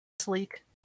sleek